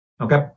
Okay